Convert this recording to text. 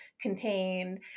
contained